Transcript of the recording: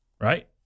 right